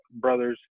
brothers